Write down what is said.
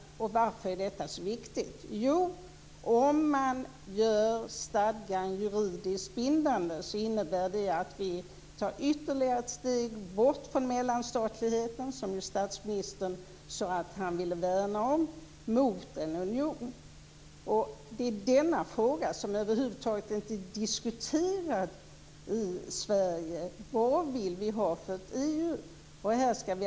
Varför är detta så viktigt? Jo, om man gör stadgan juridiskt bindande innebär det att vi tar ytterligare ett steg bort från mellanstatligheten, som ju statsministern sade att han ville värna om, mot en union. Denna fråga är över huvud taget inte diskuterad i Sverige. Vad vill vi ha för ett EU?